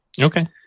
Okay